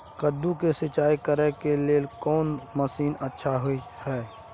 कद्दू के सिंचाई करे के लेल कोन मसीन अच्छा होय है?